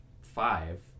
Five